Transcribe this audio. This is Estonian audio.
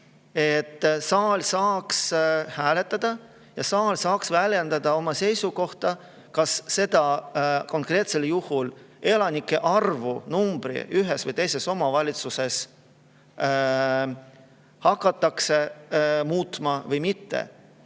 saal saaks hääletada ja väljendada oma seisukohta, kas seda – konkreetsel juhul elanike arvu ühes või teises omavalitsuses – hakatakse muutma või mitte.